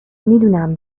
میدونم